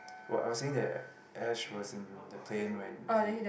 what I was saying that Ash was in the plane when he